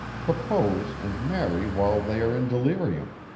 propose and marry while they are in delirium.